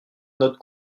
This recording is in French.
notre